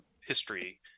history